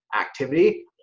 activity